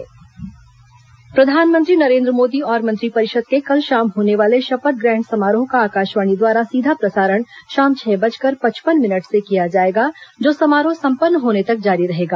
bulletin समय प्रधानमंत्री नरेन्द्र मोदी और मंत्रिपरिषद के कल शाम होने वाले शपथ ग्रहण समारोह का आकाशवाणी द्वारा सीधा प्रसारण शाम छह बजकर पचपन मिनट से किया जाएगा जो समारोह संपन्न होने तक जारी रहेगा